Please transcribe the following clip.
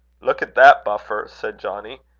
look at that buffer, said johnnie.